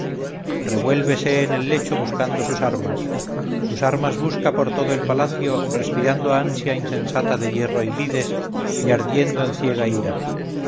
revuélvese en el lecho buscando sus armas sus armas busca por todo el palacio respirando ansia insensata de hierro y lides y ardiendo en ciega ira